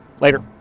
later